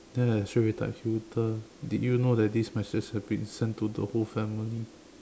then I straight away text you the did you know that this message has been sent to the whole family